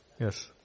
yes